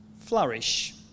flourish